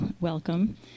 welcome